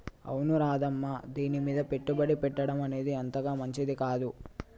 అవును రాధమ్మ దీనిమీద పెట్టుబడి పెట్టడం అనేది అంతగా మంచిది కాదు